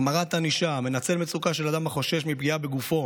החמרת ענישה: "המנצל מצוקה של אדם החושש מפגיעה בגופו